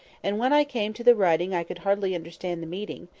and when i came to the writing i could hardly understand the meaning,